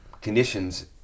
conditions